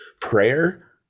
Prayer